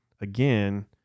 again